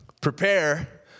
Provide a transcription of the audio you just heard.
prepare